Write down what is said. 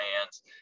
hands